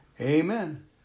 Amen